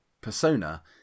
persona